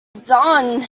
done